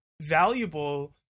valuable